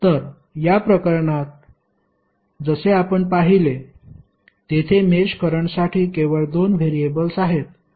तर या प्रकरणात जसे आपण पाहिले तेथे मेष करंटसाठी केवळ 2 व्हेरिएबल्स आहेत